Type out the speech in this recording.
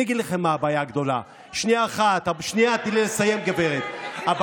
אני אגיד לכם מה הבעיה הגדולה, למה אתה